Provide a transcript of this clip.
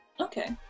Okay